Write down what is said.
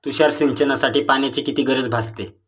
तुषार सिंचनासाठी पाण्याची किती गरज भासते?